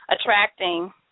attracting